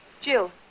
Jill